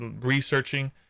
researching